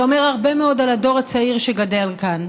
זה אומר הרבה מאוד על הדור הצעיר שגדל כאן.